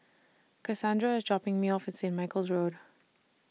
Casandra IS dropping Me off At Saint Michael's Road